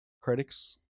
Critics